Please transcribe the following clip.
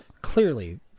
clearly